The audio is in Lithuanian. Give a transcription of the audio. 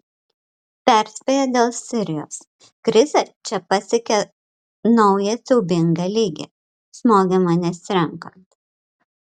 perspėja dėl sirijos krizė čia pasiekė naują siaubingą lygį smogiama nesirenkant